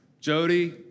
Jody